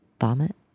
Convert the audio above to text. vomit